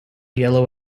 yellow